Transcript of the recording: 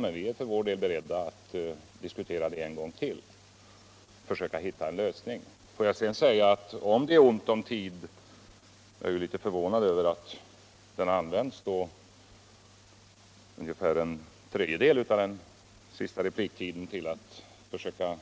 men vi är för vår del beredda att diskutera en gång till för att försöka hitta en lösning. Har man onmt om tid är jag emellerud litet förvånad över att ungefaär en tredjedet av herr Palmes senaste repliktid användes till avt försöka